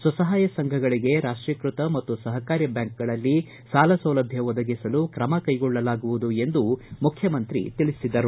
ಸ್ವಸಹಾಯ ಸಂಘಗಳಿಗೆ ರಾಷ್ಟೀಕೃತ ಮತ್ತು ಸಹಕಾರಿ ಬ್ಯಾಂಕ್ಗಳಲ್ಲಿ ಸಾಲ ಸೌಲಭ್ಯ ಒದಗಿಸಲು ತ್ರಮ ಕೈಗೊಳ್ಳಲಾಗುವುದು ಎಂದು ಮುಖ್ಯಮಂತ್ರಿ ತಿಳಿಸಿದರು